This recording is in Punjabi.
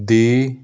ਦੀ